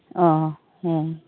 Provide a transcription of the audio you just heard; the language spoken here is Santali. ᱚᱻ ᱦᱮᱸ